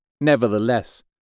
nevertheless